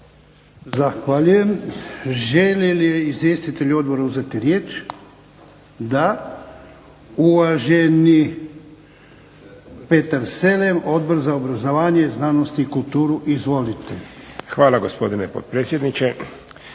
Zahvaljujem. Žele li izvjestitelji odbora uzeti riječ? Da. Uvaženi Petar Selem, Odbor za obrazovanje, znanost i kulturu. Izvolite. **Selem, Petar (HDZ)** Hvala gospodine potpredsjedniče,